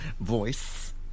voice